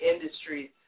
industries